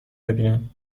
ببینم